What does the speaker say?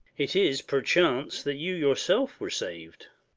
it is perchance that you yourself were sav'd.